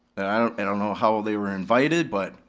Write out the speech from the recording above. i don't and know how they were invited, but,